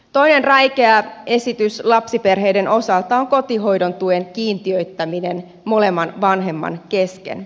toinen räikeä esitys lapsiperheiden osalta on kotihoidon tuen kiintiöittäminen molemman vanhemman kesken